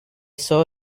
saw